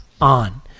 on